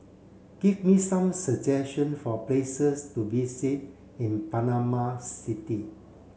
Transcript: give me some suggestion for places to visit in Panama City